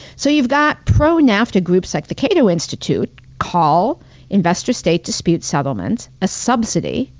so you've got pro-nafta groups like the cato institute call investor-state dispute settlements a subsidy,